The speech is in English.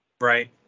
Right